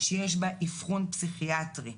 שיש בה אבחון פסיכיאטרי.